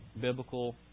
biblical